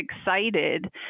excited